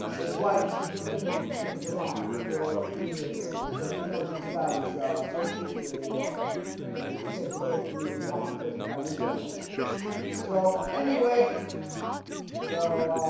wife she's been living with his miserable for a few years already, so she knows this guy is so cheap the you know he's scared to go to the bathroom says to buy a new sandwich so anyway so